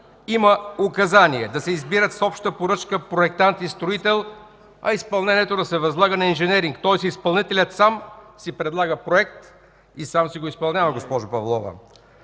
има указания да се избират с обща поръчка проектант и строител, а изпълнението да се възлага на инженери. Тоест изпълнителят сам си предлага проект и сам си го изпълнява, госпожо Павлова.